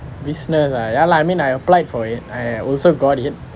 business ah ya lah I mean I applied for it I also got it